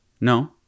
No